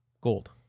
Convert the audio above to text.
gold